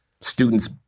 students